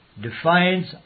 defines